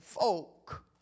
folk